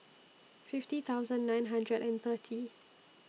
fifty thousand nine hundred and thirty